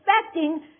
expecting